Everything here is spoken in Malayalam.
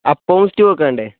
അപ്പവും സ്റ്റൂ ഒക്കെ വേണ്ടേ